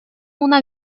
una